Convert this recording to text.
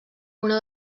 una